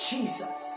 Jesus